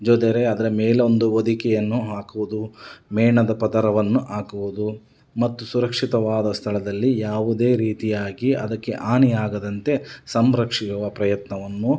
ಜೊದರೆ ಅದರ ಮೇಲೊಂದು ಹೊದಿಕೆಯನ್ನು ಹಾಕುವುದು ಮೇಣದ ಪದರವನ್ನು ಹಾಕುವುದು ಮತ್ತು ಸುರಕ್ಷಿತವಾದ ಸ್ಥಳದಲ್ಲಿ ಯಾವುದೇ ರೀತಿಯಾಗಿ ಅದಕ್ಕೆ ಹಾನಿಯಾಗದಂತೆ ಸಂರಕ್ಷಿವ ಪ್ರಯತ್ನವನ್ನು